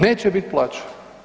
Neće biti plaće.